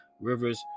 rivers